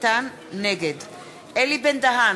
נגד אלי בן-דהן,